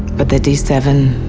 but the d seven,